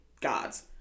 gods